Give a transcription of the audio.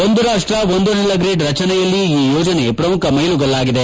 ಒಂದು ರಾಷ್ಷ ಒಂದು ಅನಿಲ ಗ್ರಿಡ್ ರಚನೆಯಲ್ಲಿ ಈ ಯೋಜನೆ ಪ್ರಮುಖ ಮೈಲುಗಲ್ಲಾಗಿದೆ